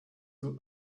too